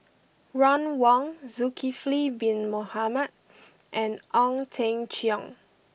Ron Wong Zulkifli Bin Mohamed and Ong Teng Cheong